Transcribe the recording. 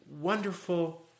wonderful